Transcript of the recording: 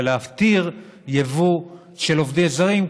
ולהתיר יבוא של עובדים זרים,